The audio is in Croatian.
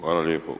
Hvala lijepo.